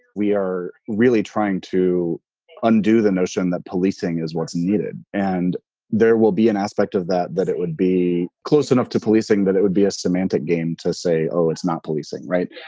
we are really trying to undo the notion that policing is what's needed. and there will be an aspect of that, that it would be close enough to policing, that it would be a semantic game to say, oh, it's not policing. right,